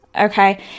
Okay